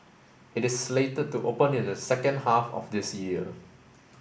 it is slated to open in the second half of this year